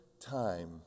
time